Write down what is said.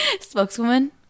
Spokeswoman